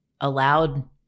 allowed